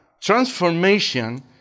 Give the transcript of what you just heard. transformation